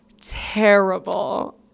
terrible